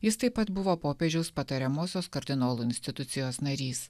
jis taip pat buvo popiežiaus patariamosios kardinolų institucijos narys